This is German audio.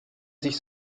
sich